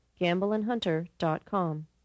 gambleandhunter.com